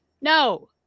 No